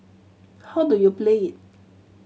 how do you play it